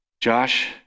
Josh